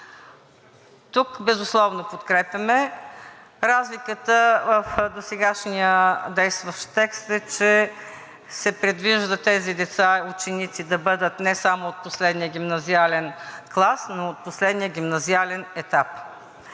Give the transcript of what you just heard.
Тук безусловно подкрепяме. Разликата в досегашния действащ текст е, че се предвижда тези деца ученици да бъдат не само от последния гимназиален клас, но и от последния гимназиален етап.